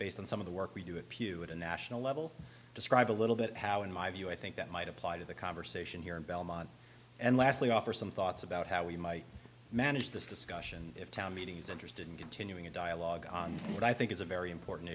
based on some of the work we do at pew at a national level describe a little bit how in my view i think that might apply to the conversation here in belmont and lastly offer some thoughts about how we might manage this discussion of town meetings interested in continuing a dialogue on what i think is a very important